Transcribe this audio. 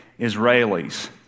Israelis